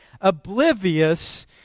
oblivious